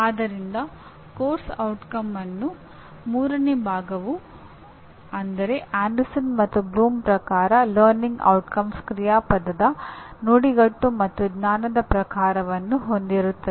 ಆದ್ದರಿಂದ ಪಠ್ಯಕ್ರಮದ ಪರಿಣಾಮದ ಮೂರನೇ ಭಾಗವು ಅಂದರೆ ಆಂಡರ್ಸನ್ ಮತ್ತು ಬ್ಲೂಮ್ ಪ್ರಕಾರ ಲರ್ನಿಂಗ್ ಔಟ್ಕಮ್ಸ್" ಕ್ರಿಯಾಪದ ನುಡಿಗಟ್ಟು ಮತ್ತು ಜ್ಞಾನದ ಪ್ರಕಾರವನ್ನು ಹೊಂದಿರುತ್ತದೆ